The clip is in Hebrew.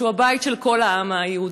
שהוא הבית של כל העם היהודי,